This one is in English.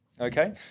Okay